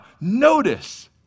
notice